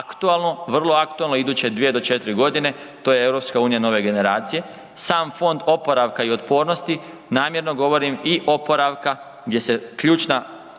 aktualno, vrlo aktualno iduće 2 do 4 godine to je EU nove generacije. Sam Fond oporavka i otpornosti namjerno govorim i oporavka gdje se ključna